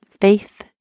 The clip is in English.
faith